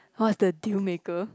what's the deal maker